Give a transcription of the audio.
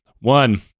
One